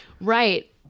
Right